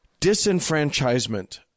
disenfranchisement